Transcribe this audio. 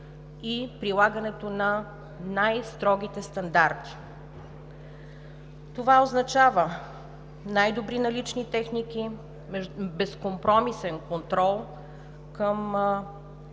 и прилагането на най-строгите стандарти. Това означава: най-добри налични техники, безкомпромисен контрол към